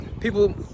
People